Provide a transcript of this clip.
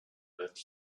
that